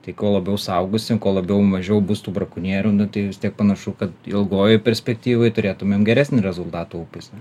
tai kuo labiau suaugosim kuo labiau mažiau bus tų brakonierių nu tai vis tiek panašu kad ilgojoj perspektyvoj turėtumėm geresnių rezultatą upėse